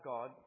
God